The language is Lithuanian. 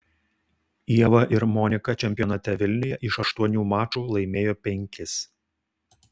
ieva ir monika čempionate vilniuje iš aštuonių mačų laimėjo penkis